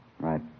Right